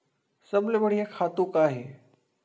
सबले बढ़िया खातु का हे?